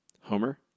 Homer